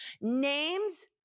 Names